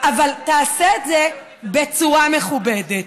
אבל תעשה את זה בצורה מכובדת.